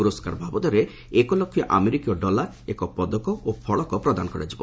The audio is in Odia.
ପୁରସ୍କାର ବାବଦରେ ଏକଲକ୍ଷ ଆମେରିକୀୟ ଡଲାର ଏକ ପଦକ ଓ ଫଳକ ପ୍ରଦାନ କରାଯିବ